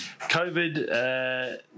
COVID